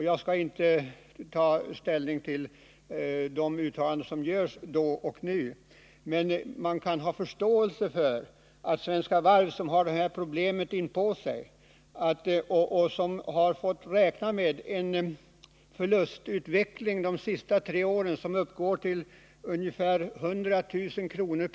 Jag skall inte ta ställning till de uttalanden som görs då och nu, men jag kan ha förståelse för att man inom Svenska Varv, som har det här problemet inpå sig och som har ansvaret, som har fått räkna med en förlustutveckling de senaste tre åren som uppgår till ungefär 100 000 kr.